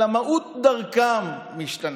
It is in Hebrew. אלא מהות דרכם משתנה.